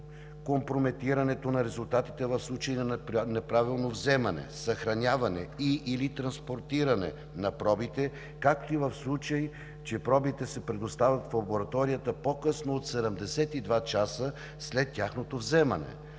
компрометирането на резултатите в случай на неправилно вземане, съхраняване и/или транспортиране на пробите, както и в случай, че пробите се предоставят в лабораторията по-късно от 72 часа след тяхното вземане.